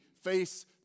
face